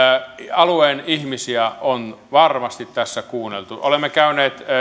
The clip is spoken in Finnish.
alueen ihmisiä on varmasti tässä kuunneltu olemme käyneet